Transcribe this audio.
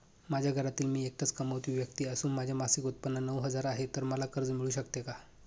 माझ्या घरातील मी एकटाच कमावती व्यक्ती असून माझे मासिक उत्त्पन्न नऊ हजार आहे, तर मला कर्ज मिळू शकते का?